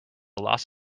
loss